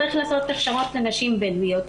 צריך לעשות הכשרות לנשים בדואיות,